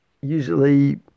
usually